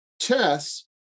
chess